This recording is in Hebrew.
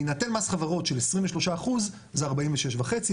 בהינתן מס חברות של 23% זה 46.5%,